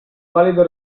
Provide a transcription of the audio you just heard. valido